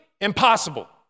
impossible